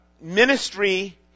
Ministry